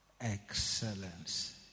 excellence